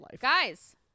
guys